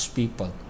people